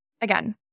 again